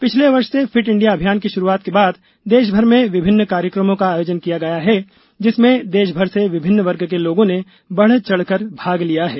पिछले वर्ष से फिट इंडिया अभियान की शुरुआत के बाद देशभर में विभिन्न कार्यक्रमों का आयोजन किया गया है जिसमें देशभर से विभिन्न वर्ग के लोगों ने बढ़ चढ़कर भाग लिया है